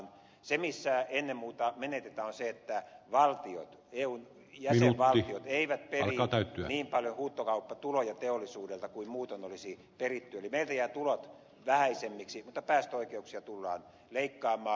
se missä ennen muuta menetetään on se että valtiot eun jäsenvaltiot eivät peri niin paljon huutokauppatuloja teollisuudelta kuin muuten olisi peritty eli meiltä jäävät tulot vähäisemmiksi mutta päästöoikeuksia tullaan leikkaamaan